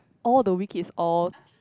all the Wee kids all